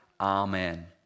Amen